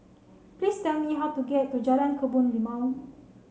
please tell me how to get to Jalan Kebun Limau